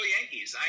Yankees